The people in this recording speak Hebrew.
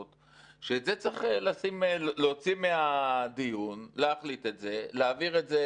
את זה צריך להוציא מהדיון ולהעביר את זה